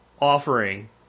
offering